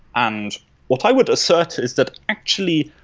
and what i would assert is that, actually,